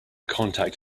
contact